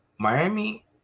Miami